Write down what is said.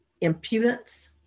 impudence